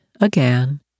again